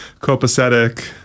copacetic